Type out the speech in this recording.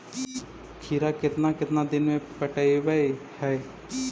खिरा केतना केतना दिन में पटैबए है?